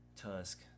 Tusk